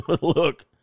Look